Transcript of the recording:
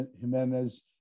Jimenez